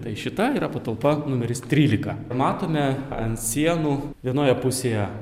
tai šita yra patalpa numeris trylika matome ant sienų vienoje pusėje